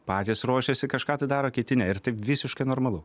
patys ruošiasi kažką tai daro kiti ne ir taip visiškai normalu